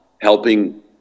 helping